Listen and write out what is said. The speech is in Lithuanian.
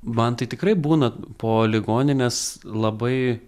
man tai tikrai būna po ligoninės labai